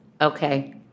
Okay